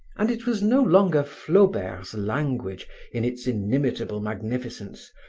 and it was no longer flaubert's language in its inimitable magnificence,